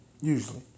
usually